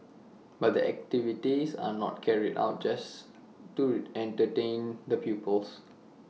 but the activities are not carried out just to entertain the pupils